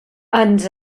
ens